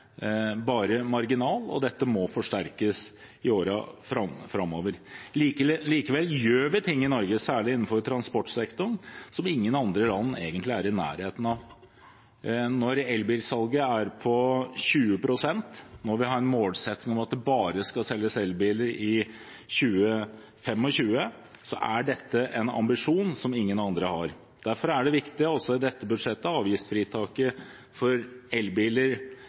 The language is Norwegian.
bare marginal, og dette må forsterkes i årene framover. Likevel gjør vi ting i Norge, særlig innenfor transportsektoren, som ingen andre land egentlig er i nærheten av. Når elbilsalget er på 20 pst., og når vi har en målsetting om at det bare skal selges elbiler i 2025, er det en ambisjon som ingen andre har. Derfor er det viktig i dette budsjettet at avgiftsfritaket for elbiler